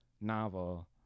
novel